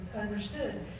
understood